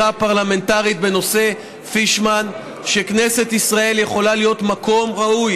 הפרלמנטרית בנושא פישמן שכנסת ישראל יכולה להיות מקום ראוי.